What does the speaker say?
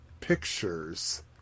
pictures